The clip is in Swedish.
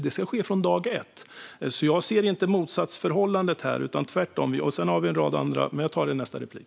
Det ska ske från dag ett. Jag ser inte motsatsförhållandet här, utan vi har tvärtom en rad andra förslag. Jag tar det i nästa replik.